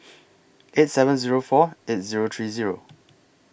eight seven Zero four eight Zero three Zero